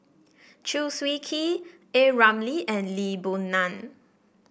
Chew Swee Kee A Ramli and Lee Boon Ngan